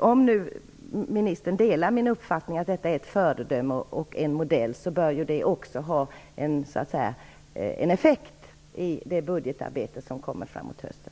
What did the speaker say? Om nu ministern delar min uppfattning om att Teknikens hus i Luleå är ett föredöme och en modell, bör ju detta också ha en effekt i det budgetarbete som skall ske framåt hösten.